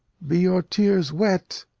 be your tears wet?